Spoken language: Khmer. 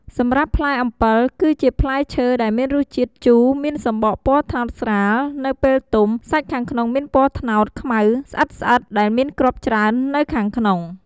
សម្រាប់ផ្លែអំពិល គឺជាផ្លែឈើដែលមានរសជាតិជូរមានសំបកពណ៌ត្នោតស្រាល នៅពេលទុំ សាច់ខាងក្នុងមានពណ៌ត្នោតខ្មៅស្អិតៗ ដែលមានគ្រាប់ច្រើននៅខាងក្នុង។